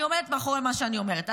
אני עומדת מאחורי מה שאני אומרת.